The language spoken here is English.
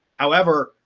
however,